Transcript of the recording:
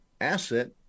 asset